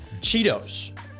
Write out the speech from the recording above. Cheetos